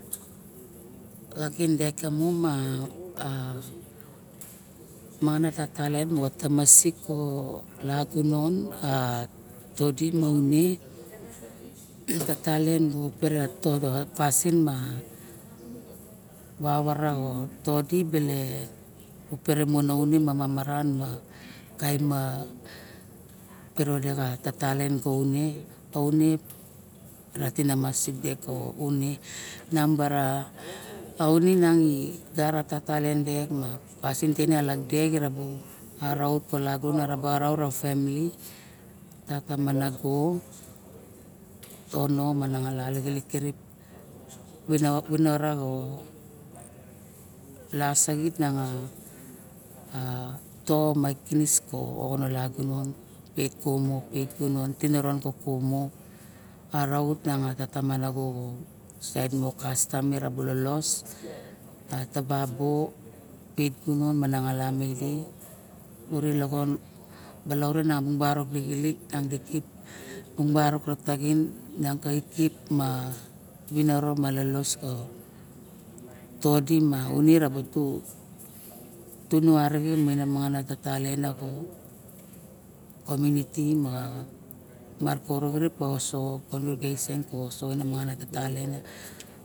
Xaken dek ka mo ma a mamangana tatalien ka tamasik ko lagunon a todi ma une ka talien bara to bara pasin ma vavara todi bele mo upere me mamaran ma kaim a piro de ka talien di one ra tina sik dek ka aune nambara auni mian di gara tatalieng dek ma pasin dek ina alok dek araut bala gunon ka lok dek ka fanly ka tata ma nago ma tono mana nang lik kirip vinara lasaxit miang a to ma oxon a lagunon ipek kumu i pek gunon tiniron ka kumu araut ka saet mo kastam kabu lolos atabo pet gunon mananga lap viniro so ma todi une rabu tu tunu arixen ma mangana tatalien mo komunity ma mar koro xirip mosoxo kongrigeation mosoxo ka tatalien